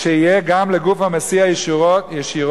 אז שיהיה גם לגוף המסיע ישירות